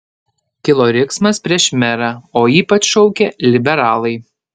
kilo riksmas prieš merą o ypač šaukė liberalai